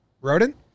Rodent